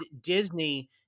Disney